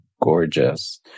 gorgeous